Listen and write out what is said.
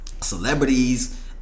celebrities